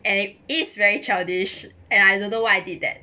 and it is very childish and I don't know why did that